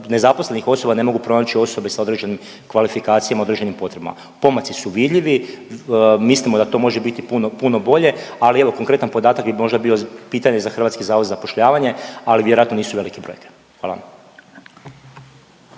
nezaposlenih osoba ne mogu pronaći osobe sa određenim kvalifikacijama, određenim potrebama. Pomaci su vidljivi, mislimo da to može biti puno bolje, ali evo, konkretan podatak bi možda bio pitanje za Hrvatski zavod za zapošljavanje, ali vjerojatno nisu velike brojke. Hvala.